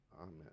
Amen